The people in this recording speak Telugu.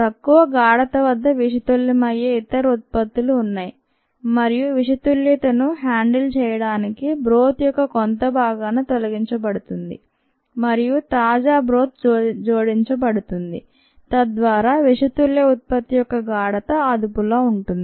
తక్కువ గాఢత వద్ద విషతుల్యం అయ్యే ఇతర ఉత్పత్తులు ఉన్నాయి మరియు విషతుల్యతను హ్యాండిల్ చేయడానికి బ్రోత్ యొక్క కొంత భాగాన్ని తొలగించబడుతుంది మరియు తాజా బ్రోత్ జోడించబడుతుంది తద్వారా విషతుల్య ఉత్పత్తి యొక్క గాఢత అదుపులో ఉంటుంది